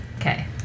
Okay